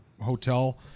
hotel